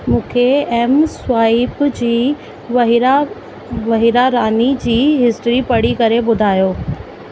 मूंखे एम स्वाइप जी वहिंरा वहिंरा रानी जी हिस्ट्री पढ़ी करे ॿुधायो